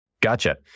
Gotcha